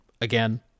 Again